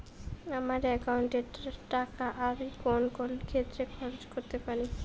আমার একাউন্ট এর টাকা আমি কোন কোন ক্ষেত্রে খরচ করতে পারি?